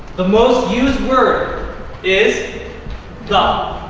the most used word is the.